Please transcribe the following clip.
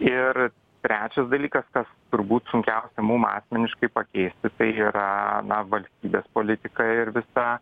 ir trečias dalykas kas turbūt sunkiausia mum asmeniškai pakeisti yra na valstybės politika ir visa